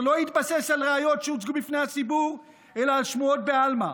לא התבסס על ראיות שהוצגו בפני הציבור אלא על שמועות בעלמא.